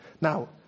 Now